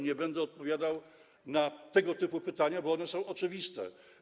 Nie będę odpowiadał na tego typu pytania, bo one są oczywiste.